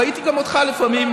ראיתי גם אותך לפעמים,